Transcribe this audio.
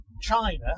China